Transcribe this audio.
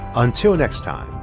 until next time,